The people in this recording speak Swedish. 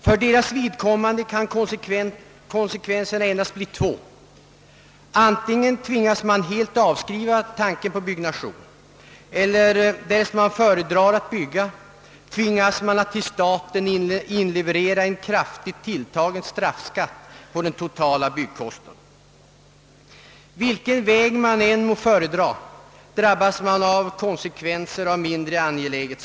För deras vidkommande kan konsekvenserna endast bli två: antingen tvingas de att helt avskriva tanken på byggande eller också, därest de föredrar att bygga, att till staten inleverera en kraftigt tilltagen straffskatt på den totala byggkostnaden. Vilken väg man än må välja, drabbas man av mindre angenäma följder.